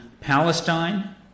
Palestine